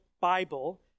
Bible